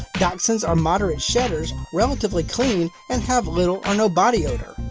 dachshunds are moderate shedders, relatively clean, and have little or no body odor,